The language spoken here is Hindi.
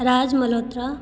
राज मल्होत्रा